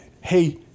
hey